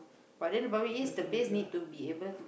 but then the problem is the place need to be able